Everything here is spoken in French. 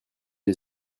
est